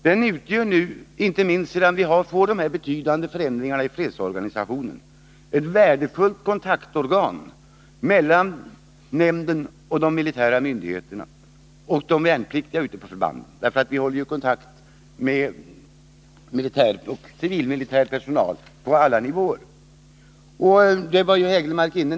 Den utgör nu — inte minst sedan vi fått till stånd de betydande förändringarna i fredsorganisationen — ett värdefullt kontaktorgan mellan de militära myndigheterna och de värnpliktiga ute på förbanden; vi har kontakt med militär och civilmilitär personal på alla nivåer.